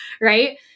right